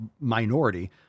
minority